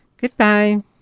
Goodbye